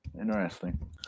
Interesting